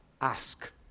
ask